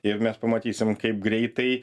ir mes pamatysim kaip greitai